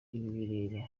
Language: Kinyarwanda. bireba